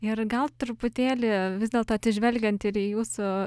ir gal truputėlį vis dėlto atsižvelgiant ir į jūsų